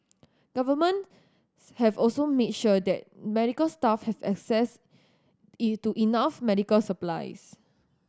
governments have also made sure that medical staff have access to enough medical supplies